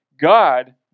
God